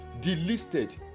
delisted